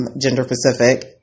gender-specific